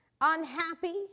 unhappy